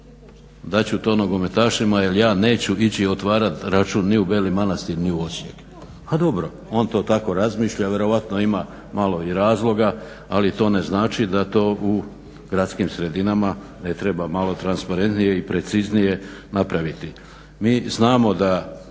dat ću to nogometašima jer ja neću ići otvarati račun ni u Beli Manastir ni u Osijek. A dobro, on to tako razmišlja, vjerojatno ima malo i razloga, ali to ne znači da to u gradskim sredinama ne treba malo transparentnije i preciznije napraviti. Mi znamo da